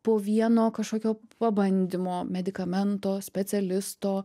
po vieno kažkokio pabandymo medikamento specialisto